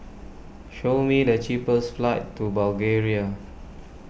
show me the cheapest flights to Bulgaria